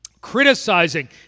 criticizing